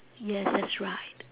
yes that's right